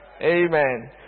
Amen